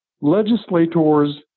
Legislators